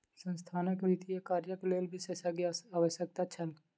संस्थानक वित्तीय कार्यक लेल विशेषज्ञक आवश्यकता छल